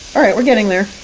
all right, we're getting there.